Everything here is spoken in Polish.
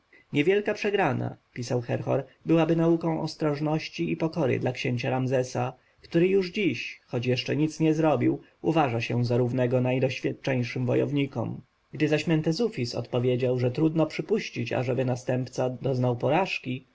zmartwioną niewielka przegrana pisał herhor byłaby nauką ostrożności i pokory dla księcia ramzesa który już dziś choć jeszcze nic nie zrobił uważa się za równego najdoświadczeńszym wojownikom gdy zaś mentezufis odpowiedział że trudno przypuścić aby następca doznał porażki